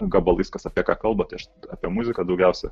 gabalais kas apie ką kalba tai aš apie muziką daugiausia